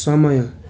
समय